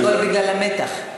אני, הכול בגלל המתח.